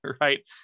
right